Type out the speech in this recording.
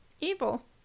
evil